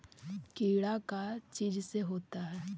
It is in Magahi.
कीड़ा का चीज से होता है?